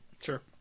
Sure